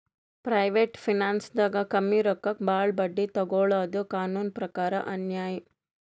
private ಫೈನಾನ್ಸ್ದಾಗ್ ಕಮ್ಮಿ ರೊಕ್ಕಕ್ ಭಾಳ್ ಬಡ್ಡಿ ತೊಗೋಳಾದು ಕಾನೂನ್ ಪ್ರಕಾರ್ ಅನ್ಯಾಯ್